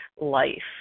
life